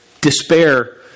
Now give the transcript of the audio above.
despair